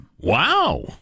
Wow